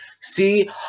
see